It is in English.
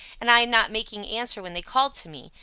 and i not making answer when they called to me,